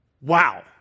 Wow